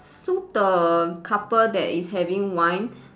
so the couple that is having wine